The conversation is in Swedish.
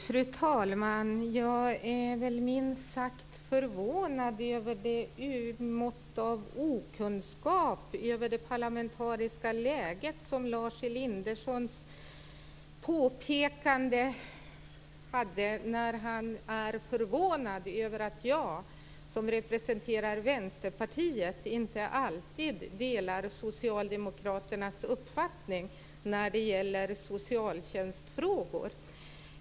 Fru talman! Jag är minst sagt förvånad över det mått av okunskap om det parlamentariska läget som Lars Elindersons påpekande gav uttryck för. Han är förvånad över att jag, som representerar Vänsterpartiet, inte alltid delar socialdemokraternas uppfattning när det gäller socialtjänstfrågor.